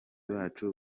bacu